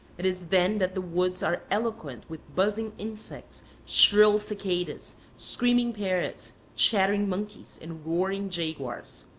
it is then that the woods are eloquent with buzzing insects, shrill cicadas, screaming parrots, chattering monkeys, and roaring jaguars.